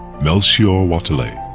melchior wathelet.